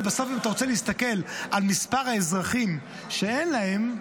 בסוף אם אתה רוצה להסתכל על מספר האזרחים שאין להם,